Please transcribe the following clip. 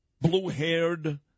blue-haired